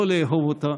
לא לאהוב אותו,